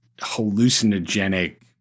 hallucinogenic